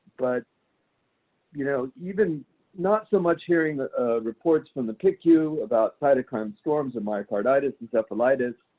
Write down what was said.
but you know even not so much hearing reports from the picu about cytokine storms, and myocarditis, encephalitis,